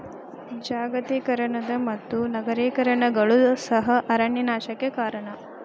ಜಾಗತೇಕರಣದ ಮತ್ತು ನಗರೇಕರಣಗಳು ಸಹ ಅರಣ್ಯ ನಾಶಕ್ಕೆ ಕಾರಣ